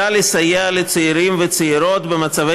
השר, המשך בבקשה.